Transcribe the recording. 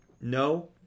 no